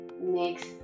next